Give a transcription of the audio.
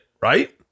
right